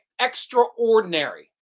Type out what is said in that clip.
extraordinary